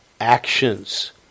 actions